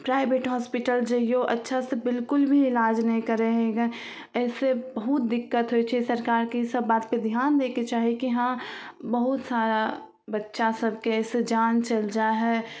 private hospital जाइऔ अच्छासे बिलकुल भी इलाज नहि करै हइ गन एहिसे बहुत दिक्कत होइ छै सरकारके ईसब बातपर धिआन दैके चाही कि हँ बहुत सारा बच्चासभके एहिसे जान चलि जाइ हइ